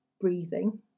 breathing